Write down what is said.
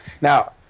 now